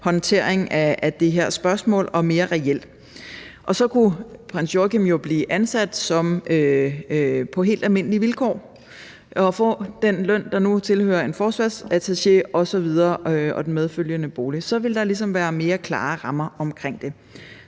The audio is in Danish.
håndtering af det her spørgsmål – og mere reelt. Og så kunne prins Joachim jo blive ansat på helt almindelige vilkår og få den løn osv., der nu tilkommer en forsvarsattaché, og den medfølgende bolig. Så ville der ligesom være mere klare rammer omkring det.